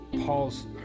Paul's